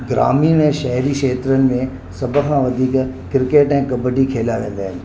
ग्रामीण ऐं शहरी खेत्र में सभु खां वधीक क्रिकेट ऐं कबड्डी खेलिया वेंदा आहिनि